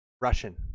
Russian